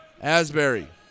Asbury